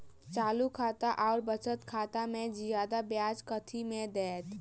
चालू खाता आओर बचत खातामे जियादा ब्याज कथी मे दैत?